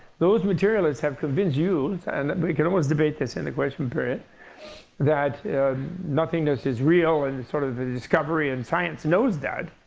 those materialists have convinced you and but we can always debate this in the question period that nothingness is real and sort of and discovery and science knows that.